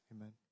amen